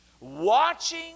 watching